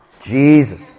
Jesus